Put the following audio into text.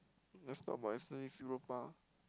let's talk about yesterday's Europa